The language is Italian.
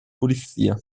polizia